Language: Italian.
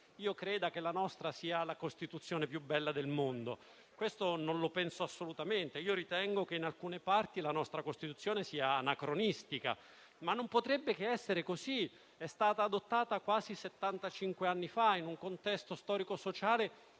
creda che la nostra sia la Costituzione più bella del mondo. Questo non lo penso assolutamente; io ritengo che in alcune parti la nostra Costituzione sia anacronistica e non potrebbe che essere così. Essa è stata adottata quasi settantacinque anni fa, in un contesto storico-sociale